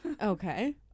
Okay